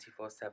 24-7